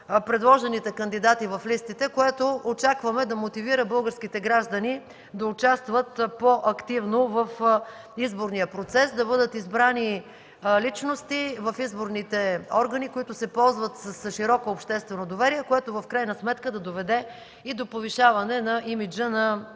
предложените кандидати в листите, което очакваме да мотивира българските граждани да участват по-активно в изборния процес, за да бъдат избрани личности в изборните органи, които се ползват с широко обществено доверие, което в крайна сметка да доведе до повишаване на имиджа на